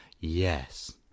Yes